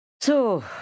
So